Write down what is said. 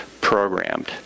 programmed